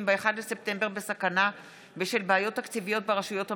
ב-1 בספטמבר בסכנה בשל בעיות תקציביות ברשויות המקומיות,